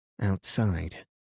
Outside